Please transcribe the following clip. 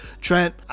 Trent